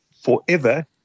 forever